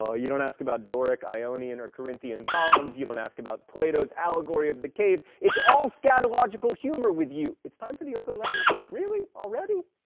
you don't ask about doric, ionian, or corinthian columns. you don't ask about plato's allegory of the cave. it's all scatological humor with you it's time for the open letter? really? already?